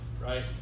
right